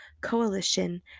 Coalition